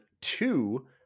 two